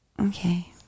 Okay